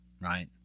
right